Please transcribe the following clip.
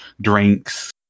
drinks